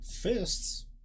fists